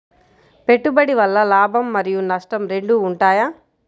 పెట్టుబడి వల్ల లాభం మరియు నష్టం రెండు ఉంటాయా?